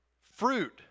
fruit